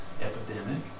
epidemic